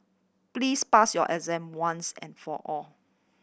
please pass your exam once and for all